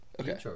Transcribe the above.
Okay